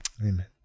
Amen